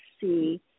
see